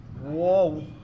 Whoa